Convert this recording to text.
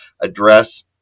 address